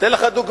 אתן לך דוגמה: